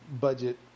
budget